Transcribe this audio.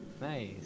Nice